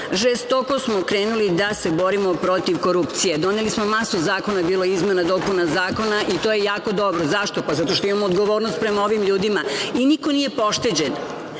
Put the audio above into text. žestoko smo krenuli da se borimo protiv korupcije, doneli smo masu zakona, bilo je izmena i dopuna zakona i to je jako dobro. Zašto? Pa zato što imamo odgovornost prema ovim ljudima, i niko nije pošteđen.